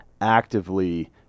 actively